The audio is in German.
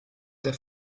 der